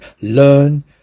learn